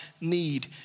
need